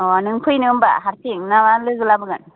अ नों फैनो होनबा हारसिं ना लोगो लाबोगोन